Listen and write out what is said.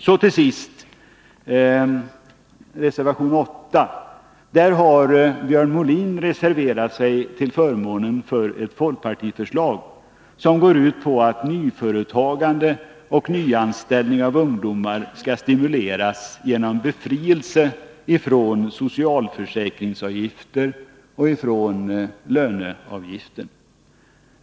Vad till sist gäller reservation 8 har Björn Molin i denna reserverat sig till förmån för det folkpartiförslag, som går ut på att nyföretagande och nyanställning av ungdomar skall stimuleras genom befrielse från socialförsäkringsavgifter och löneavgifter.